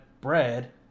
bread